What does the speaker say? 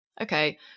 okay